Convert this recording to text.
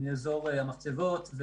אזור המחצבות,